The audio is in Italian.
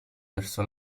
verso